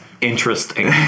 interesting